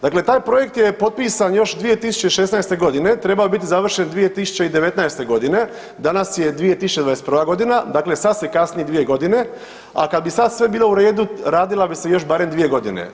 Dakle, taj projekt je potpisan još 2016. godine, trebao je biti završen 2019. godine, danas je 2021. godina, dakle sad se kasni 2 godine, a kad bi sad sve bilo u redu radilo bi se još barem 2 godine.